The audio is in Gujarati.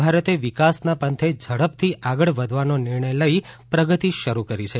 ભારતે વિકાસના પંથે ઝડપથી આગળ વધવાનો નિર્ણય લઇ પ્રગતિ શ રૂ કરી છે